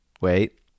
wait